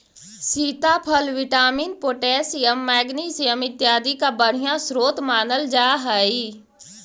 सीताफल vitamin, potassium, magnesium इत्यादि का बढ़िया स्रोत मानल जा हई